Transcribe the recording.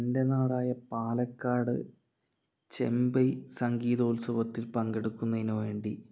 എൻ്റെ നാടായ പാലക്കാട് ചെമ്പൈ സംഗീതോത്സവത്തിൽ പങ്കെടുക്കുന്നതിന് വേണ്ടി